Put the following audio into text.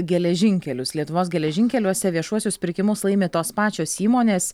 geležinkelius lietuvos geležinkeliuose viešuosius pirkimus laimi tos pačios įmonės